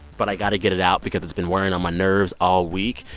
but i got to get it out because it's been wearing on my nerves all week.